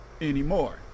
anymore